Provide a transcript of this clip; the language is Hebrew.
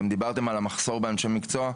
אתם דיברתם על המחסור באנשי מקצוע.